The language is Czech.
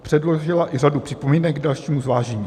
Předložila i řadu připomínek k dalšímu zvážení.